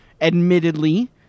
admittedly